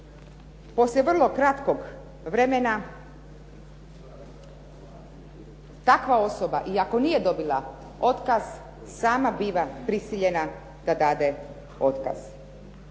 poslije vrlo kratkog vremena takva osoba i ako nije dobila otkaz sama biva prisiljena da dade otkaz.